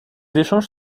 échanges